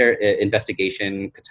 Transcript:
investigation